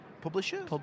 Publishers